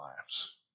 lives